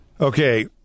Okay